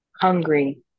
hungry